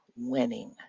winning